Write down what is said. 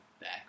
back